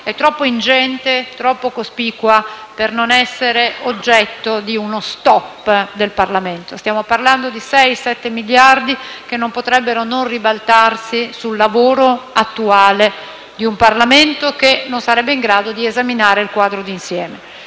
troppo ingenti e troppo cospicue per non essere oggetto di uno stop del Parlamento. Stiamo parlando di sei, sette miliardi, che non potrebbero non riflettersi sul lavoro attuale di un Parlamento che non sarebbe in grado di esaminare il quadro di insieme.